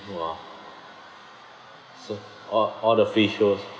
!wah! so all all the fish was